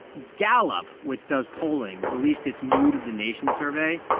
gallup, which does polling, released its mood of the nation survey.